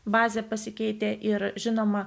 bazė pasikeitė ir žinoma